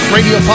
Radio